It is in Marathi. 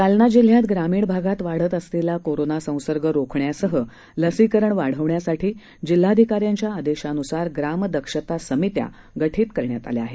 जालना जिल्ह्यात ग्रामीण भागात वाढत असलेला कोरोना संसर्ग रोखण्यासह लसीकरण वाढवण्यासाठी जिल्हाधिकाऱ्यांच्या आदेशानुसार ग्राम दक्षता समित्या गठीत करण्यात आल्या आहेत